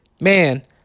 man